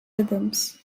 rhythms